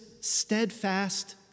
steadfast